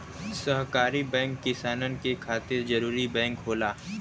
सहकारी बैंक किसानन के खातिर जरूरी बैंक होला